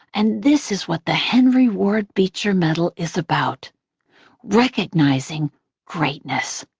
and this is what the henry ward beecher medal is about recognizing greatness.